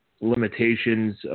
limitations